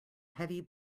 heavy